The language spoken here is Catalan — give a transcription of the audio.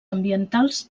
ambientals